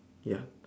ya